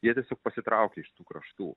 jie tiesiog pasitraukia iš tų kraštų